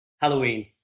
Halloween